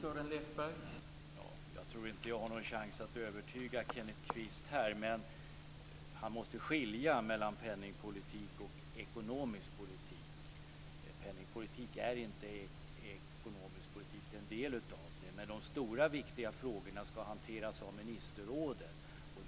Herr talman! Jag tror inte att jag har någon chans att övertyga Kenneth Kvist här. Men han måste skilja mellan penningpolitik och ekonomisk politik. Penningpolitik är en del av den ekonomiska politiken. Men de stora och viktiga frågorna ska hanteras av ministerrådet.